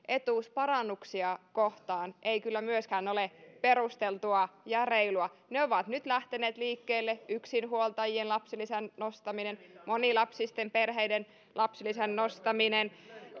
etuusparannuksia kohtaan ei kyllä myöskään ole perusteltua ja reilua ne ovat nyt lähteneet liikkeelle yksinhuoltajien lapsilisän nostaminen monilapsisten perheiden lapsilisän nostaminen